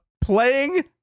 Playing